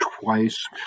twice